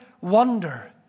wonder